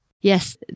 Yes